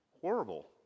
horrible